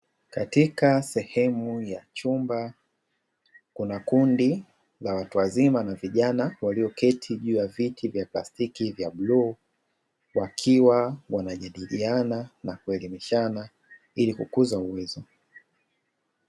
Katika sehemu ya chumba kuna kundi la watu wazima na vijana, walioketi juu ya viti vya plastiki vya bluu, wakiwa wanajadiliana na kuelimishana ili kukuza uwezo.